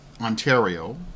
Ontario